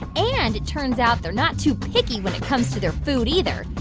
and it turns out they're not too picky when it comes to their food, either.